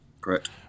Correct